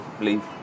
leave